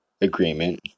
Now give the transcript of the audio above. agreement